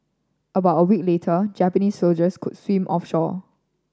about a week later Japanese soldiers could swim